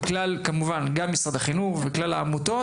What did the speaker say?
כמובן, גם משרד החינוך וכלל העמותות.